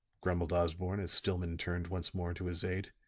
grumbled osborne as stillman turned once more to his aide.